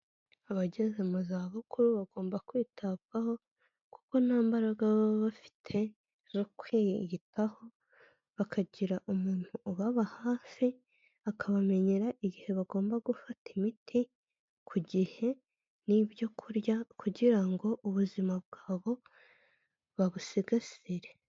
Abageze mu za bukuru bagomba kwitabwaho, kuko nta mbaraga baba bafite zo kwiyitaho, bakagira umuntu ubaba hafi, akabamenyera igihe bagomba gufata imiti ku gihe n'ibyo kurya, kugira ngo ubuzima bwabo babusigasire.